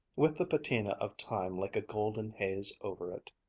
with the patina of time like a golden haze over it.